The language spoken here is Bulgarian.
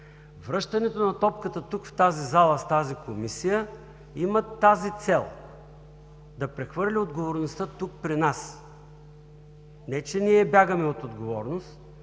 Връщането на топката тук, в тази зала, с тази Комисия имат тази цел – да прехвърли отговорността тук при нас. Не че ние бягаме от отговорност,